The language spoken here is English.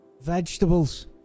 Vegetables